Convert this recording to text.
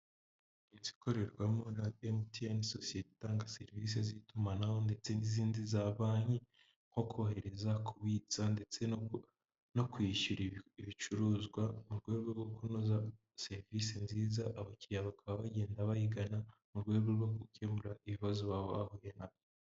Inzu ikorerwamo na MTN, sosiyete itanga serivisi z'itumanaho ndetse n'izindi za banki nko kohereza, kubitsa ndetse no kwishyura ibicuruzwa mu rwego rwo kunoza serivisi nziza, abakiriya bakaba bagenda bayigana mu rwego rwo gukemura ibibazo baba bahuye na byo.